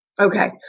Okay